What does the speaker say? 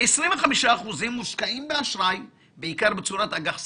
כ-25% מושקעים באשראי, בעיקר בצורת אג"ח סחיר,